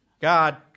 God